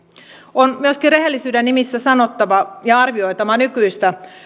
on myöskin rehellisyyden nimissä sanottava ja arvioitava nykyistä